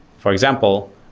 for example,